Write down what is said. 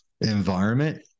environment